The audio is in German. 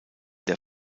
der